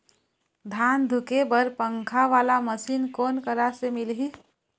धान धुके बर पंखा वाला मशीन कोन करा से मिलही?